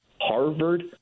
Harvard